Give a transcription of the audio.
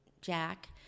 Jack